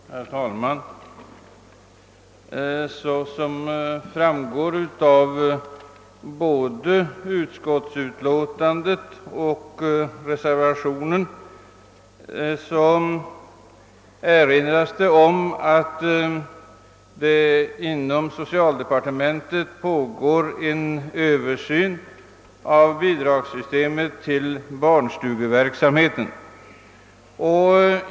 Herr talman! Såsom framgår av både statsutskottets utlåtande nr 51 och reservationen pågår inom socialdepartementet en översyn av bidragssystemet för barnstugeverksamheten.